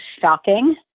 shocking